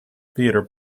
theater